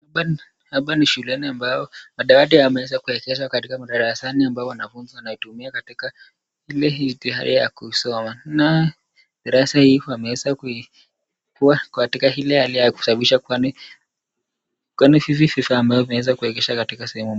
Hapa ni shuleni ambayo madawati yameweza kuekezwa katika madarasani ambayo wanafunzi wanaitumia katika hile tayari kusoma na darasa hii wameweza kuwa katika ile hali ya kusafisha kwani hizi viti vimeeza kuwekwa sehemu moja.